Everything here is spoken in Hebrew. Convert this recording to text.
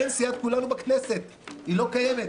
אין סיעת כולנו בכנסת, היא לא קיימת.